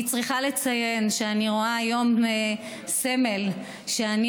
אני צריכה לציין שאני רואה היום סמל שאני